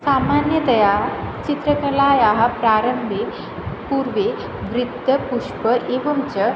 सामान्यतया चित्रकलायाः प्रारम्भे पूर्वं वृत्तं पुष्पम् एवं च